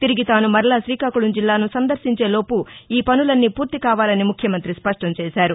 తిరిగి తాను మరలా శ్రీకాకుళం జిల్లాను సందర్భించేలోపు ఈ పనులన్నీ పూర్తికావాలని ముఖ్యమంతి స్పష్టంచేశారు